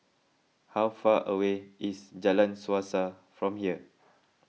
how far away is Jalan Suasa from here